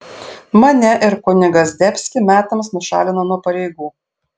mane ir kunigą zdebskį metams nušalino nuo pareigų